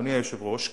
אדוני היושב-ראש,